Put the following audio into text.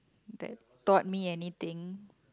that taught me anything